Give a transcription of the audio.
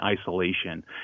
isolation